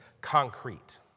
concrete